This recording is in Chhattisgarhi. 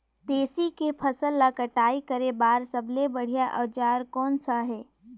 तेसी के फसल ला कटाई करे बार सबले बढ़िया औजार कोन सा हे?